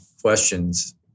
questions